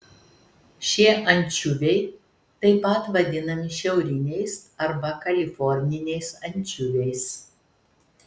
šie ančiuviai taip pat vadinami šiauriniais arba kaliforniniais ančiuviais